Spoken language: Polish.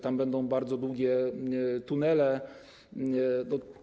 Tam będą bardzo długie tunele.